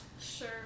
Sure